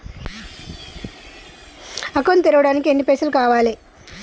Account తెరవడానికి ఎన్ని పైసల్ కావాలే?